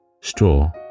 straw